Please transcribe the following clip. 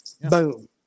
Boom